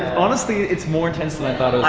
honestly it's more intense than i thought like